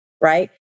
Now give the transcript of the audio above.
right